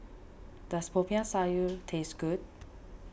does Popiah Sayur taste good